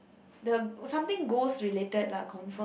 the something ghost related lah confirm